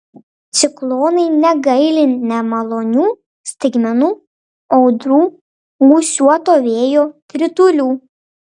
ciklonai negaili nemalonių staigmenų audrų gūsiuoto vėjo kritulių